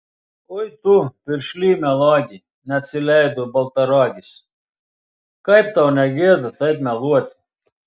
oi tu piršly melagi neatsileido baltaragis kaip tau ne gėda taip meluoti